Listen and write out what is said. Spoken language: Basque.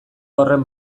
horren